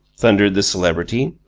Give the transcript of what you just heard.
thundered the celebrity.